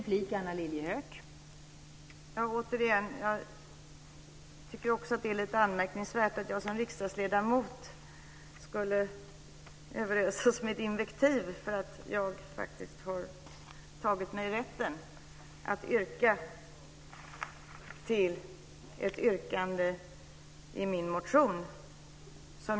Fru talman! Det är lite anmärkningsvärt att jag som riksdagsledamot ska överösas med invektiv för att jag faktiskt har tagit mig rätten att yrka bifall till ett yrkande i min motion.